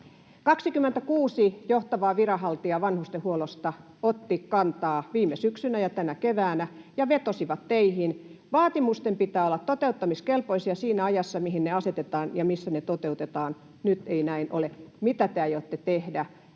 26 johtavaa viranhaltijaa vanhustenhuollosta otti kantaa viime syksynä ja tänä keväänä ja vetosi teihin, että vaatimusten pitää olla toteuttamiskelpoisia siinä ajassa, mihin ne asetetaan ja missä ne toteutetaan. Nyt ei näin ole. Kysyn teiltä: mitä